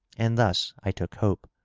and thus i took hope.